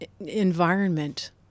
environment